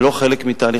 לא רק שקדן,